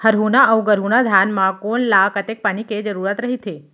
हरहुना अऊ गरहुना धान म कोन ला कतेक पानी के जरूरत रहिथे?